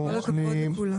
כל הכבוד לכולם.